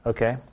Okay